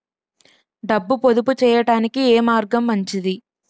డబ్బు పొదుపు చేయటానికి ఏ మార్గం మంచిది?